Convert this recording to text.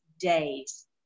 days